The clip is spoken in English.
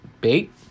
Bait